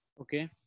Okay